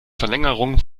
verlängerung